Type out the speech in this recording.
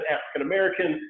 African-American